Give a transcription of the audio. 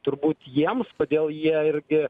turbūt jiems kodėl jie irgi